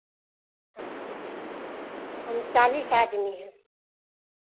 हं हम चालीस आदमी हैं